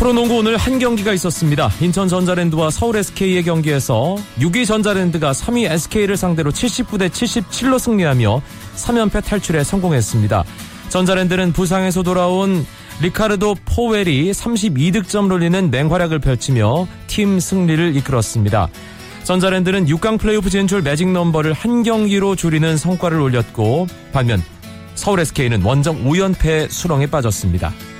프로농구 오늘 한 경기가 있었습니다. 인천 전자랜드와 서울 SK의 경기에서 육 위 전자랜드가 삼 위 SK를 상대로 79 대 77로 승리하며 삼 연패 탈출에 성공했습니다. 전자랜드는 부상에서 돌아온 리카르도 포웰이 32득점을 올리는 맹활약을 펼치며 팀 승리를 이끌었습니다. 전자랜드는 육 강 플레이오프 진출 매직 넘버를 한 경기로 줄이는 성과를 올렸고 반면 서울 SK는 원정 오 연패 수렁에 빠졌습니다.